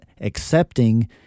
accepting